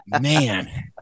man